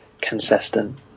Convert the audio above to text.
consistent